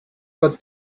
but